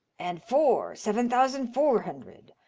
and four. seven thousand four hundred.